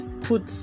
put